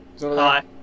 hi